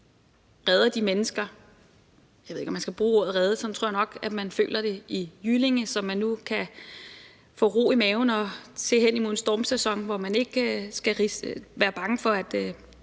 redder de mennesker – jeg ved ikke, om man skal bruge ordet redde, men sådan tror jeg nok man føler det i Jyllinge. Nu kan de få ro i maven og se hen imod en stormsæson, hvor de ikke skal være bange for, at